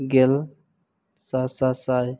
ᱜᱮᱞ ᱥᱟᱥᱟᱥᱟᱭ